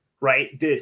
right